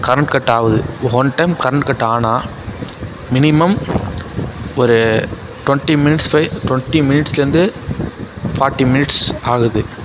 current cut ஆகுது one time current cut ஆனால் minimum ஒரு டிவெண்டி மினிட்ஸ் பைவ் டிவெண்டி மினிட்ஸ்லேருந்து ஃபார்டி மினிட்ஸ் ஆகுது